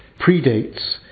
predates